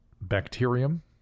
bacterium